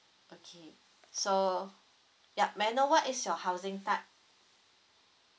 okay so yup may I know what is your housing type